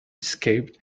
escaped